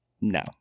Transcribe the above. no